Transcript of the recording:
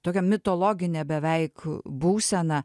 tokia mitologinė beveik būsena